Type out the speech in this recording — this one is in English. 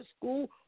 school